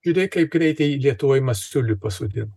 žiūrėk kaip greitai lietuvoj masiulį pasodino